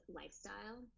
lifestyle